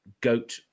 goat